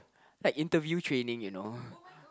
like interview training you know